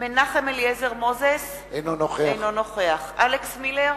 מנחם אליעזר מוזס, אינו נוכח אלכס מילר,